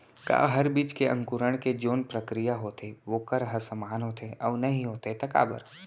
का हर बीज के अंकुरण के जोन प्रक्रिया होथे वोकर ह समान होथे, अऊ नहीं होथे ता काबर?